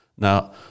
Now